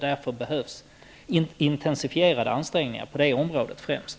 Därför behövs intensifierade ansträngningar främst på det området.